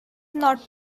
not